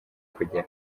kugera